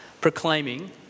proclaiming